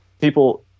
people